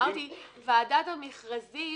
ועדת המכרזים